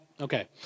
Okay